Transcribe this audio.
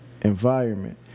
environment